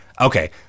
okay